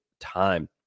time